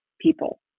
people